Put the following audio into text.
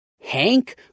Hank